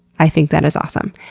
i think that is awesome.